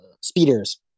Speeders